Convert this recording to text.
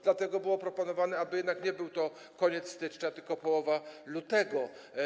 Dlatego też było proponowane, aby jednak nie był to koniec stycznia, tylko była to połowa lutego.